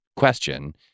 question